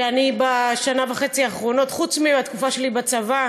שאני, בשנה וחצי האחרונה, חוץ מהתקופה שלי בצבא,